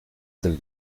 del